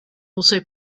also